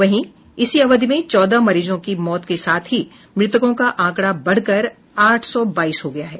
वहीं इसी अवधि में चौदह मरीजों की मौत के साथ ही मृतकों का आंकड़ा बढ़कर आठ सौ बाईस हो गया है